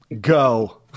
Go